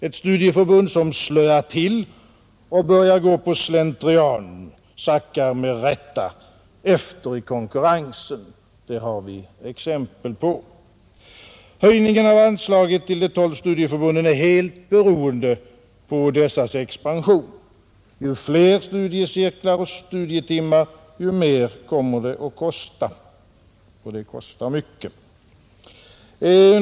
Ett studieförbund som slöar till och börjar gå på slentrian sackar med rätta efter i konkurrensen. Det har vi exempel på. Höjningen av anslaget till de tolv studieförbunden är helt beroende på dessas expansion — ju fler studiecirklar och studietimmar det blir, desto mer kommer det att kosta, och det kostar mycket.